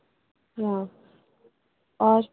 ہاں اور